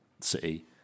City